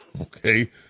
Okay